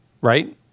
Right